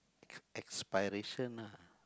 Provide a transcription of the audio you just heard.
aspiration ah